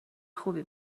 خوبی